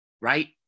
right